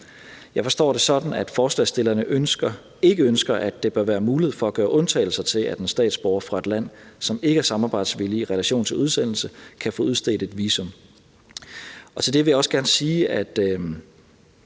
Jeg forstår det sådan, at forslagsstillerne ikke ønsker, at der bør være mulighed for at gøre undtagelser til, at en statsborger fra et land, som ikke er samarbejdsvilligt i relation til udsendelse, kan få udstedt et visum. Kl. 12:23 Til det vil jeg også gerne sige, at